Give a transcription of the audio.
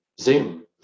Zoom